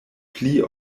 pli